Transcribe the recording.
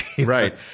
Right